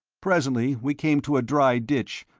presently we came to a dry ditch,